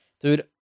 Dude